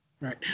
Right